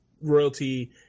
royalty